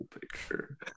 picture